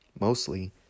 mostly